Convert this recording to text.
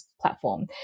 platform